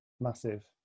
massive